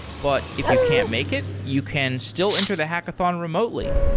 but if you can't make it, you can still enter the hackathon remotely.